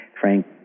Frank